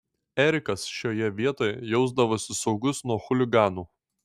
erikas šioje vietoje jausdavosi saugus nuo chuliganų